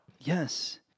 Yes